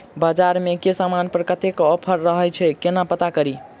बजार मे केँ समान पर कत्ते ऑफर रहय छै केना पत्ता कड़ी?